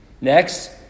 Next